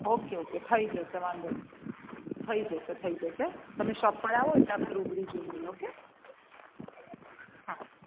okay okay થઈ જશે વાંધો નહીં થઈ જશે થઈ જશે તમે શોપ પર આવો એટલે આપણે રૂબરૂ જોઈ લઈએ ઓકે હા